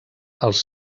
els